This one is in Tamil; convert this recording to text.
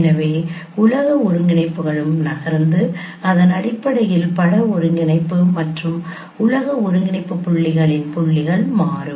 எனது உலக ஒருங்கிணைப்புகளும் நகர்ந்து அதன் அடிப்படையில் பட ஒருங்கிணைப்பு மற்றும் உலக ஒருங்கிணைப்பு புள்ளிகளின் புள்ளிகள் மாறும்